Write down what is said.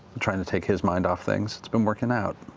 and trying to take his mind off things. it's been working out.